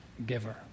giver